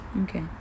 Okay